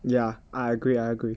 yeah I agree I agree